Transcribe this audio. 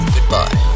Goodbye